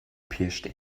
pirschte